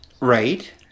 right